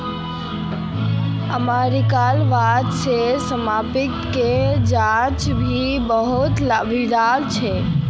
अमरीकात अचल सम्पत्तिक ले आज भी बहुतला विवाद छ